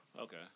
Okay